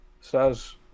says